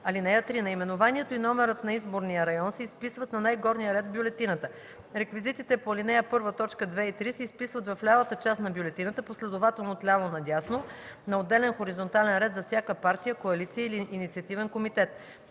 линия. (3) Наименованието и номерът на изборния район се изписват на най-горния ред в бюлетината. Реквизитите по ал. 1, т. 2 и 3 се изписват в лявата част на бюлетината последователно от ляво на дясно на отделен хоризонтален ред за всяка партия, коалиция или инициативен комитет.